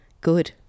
good